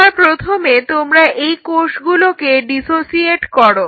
সবার প্রথমে তোমরা এই কোষগুলোকে ডিসোসিয়েট করো